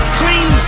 clean